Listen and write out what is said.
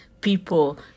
people